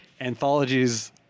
anthologies